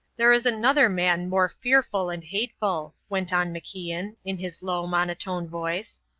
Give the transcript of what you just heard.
there is another man more fearful and hateful, went on macian, in his low monotone voice,